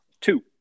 two